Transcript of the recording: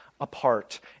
apart